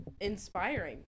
inspiring